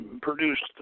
produced